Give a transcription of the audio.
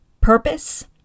purpose